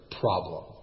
problem